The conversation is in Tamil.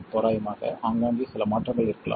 தோராயமாக ஆங்காங்கே சிறிய மாற்றங்கள் இருக்கலாம்